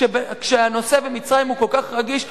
כשהנושא במצרים כל כך רגיש,